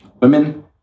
women